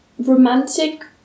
romantic